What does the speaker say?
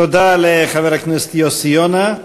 תודה לחבר הכנסת יוסי יונה.